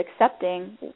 accepting